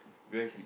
where is it